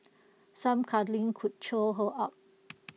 some cuddling could cheer her up